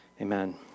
amen